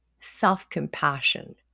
self-compassion